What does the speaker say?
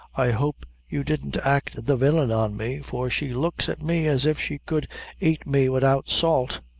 i hope you didn't act the villain on me for she looks at me as if she could ait me widout salt.